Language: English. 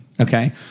Okay